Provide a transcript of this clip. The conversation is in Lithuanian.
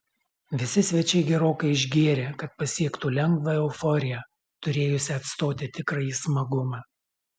visi svečiai gerokai išgėrė kad pasiektų lengvą euforiją turėjusią atstoti tikrąjį smagumą